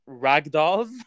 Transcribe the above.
ragdolls